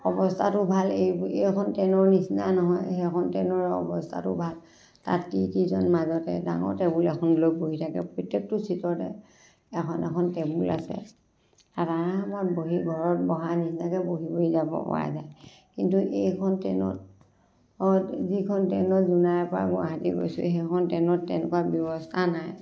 অৱস্থাটো ভাল এইবুলি এইখন ট্ৰেইনৰ নিচিনা নহয় সেইখন ট্ৰেইনৰ অৱস্থাটো ভাল তাত টিটিজন মাজতে ডাঙৰ টেবুল এখন লৈ বহি থাকে প্ৰত্যেকটো চীটতে এখন এখন টেবুল আছে তাত আৰামত বহি ঘৰত বহাৰ নিচিনাকৈ বহি বহি যাব পৰা যায় কিন্তু এইখন ট্ৰেইনত যিখন ট্ৰেইনত জোনাইৰ পৰা গুৱাহাটী গৈছোঁ সেইখন ট্ৰেইনত তেনেকুৱা ব্যৱস্থা নাই